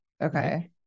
Okay